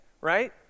right